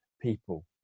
people